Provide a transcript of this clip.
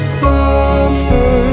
suffer